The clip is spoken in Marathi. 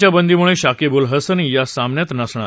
च्या बद्दींमुळे शाकिब उल हसन या सामन्यात नसणार